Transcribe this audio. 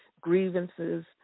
grievances